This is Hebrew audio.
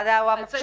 מד"א הוא המפעיל.